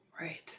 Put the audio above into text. Right